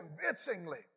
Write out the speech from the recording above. convincingly